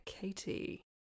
Katie